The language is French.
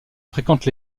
fréquente